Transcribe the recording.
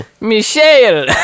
Michelle